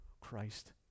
Christ